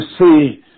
see